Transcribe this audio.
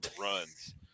runs